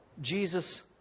Jesus